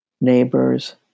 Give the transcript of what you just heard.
neighbors